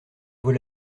vaut